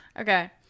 Okay